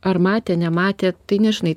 ar matė nematė tai nežinai